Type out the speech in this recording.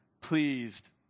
pleased